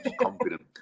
confident